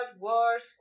worse